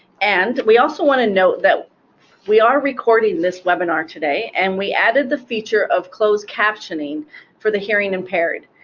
and we also want to note that we are recording this webinar today, and we added the feature of closed captioning for the hearing impaired.